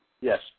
Yes